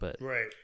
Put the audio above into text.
Right